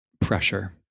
pressure